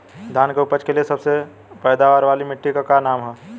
धान की उपज के लिए सबसे पैदावार वाली मिट्टी क का नाम ह?